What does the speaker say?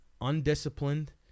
undisciplined